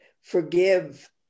Forgive